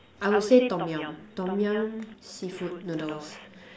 I would say Tom-Yum Tom-Yum seafood noodles